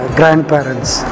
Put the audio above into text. grandparents